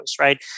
right